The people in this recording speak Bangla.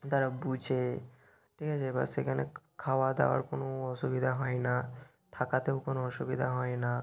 তারা বুঝে ঠিক আছে এবার সেখানে খাওয়া দাওয়ার কোনো অসুবিধা হয় না থাকাতেও কোনো অসুবিধা হয় না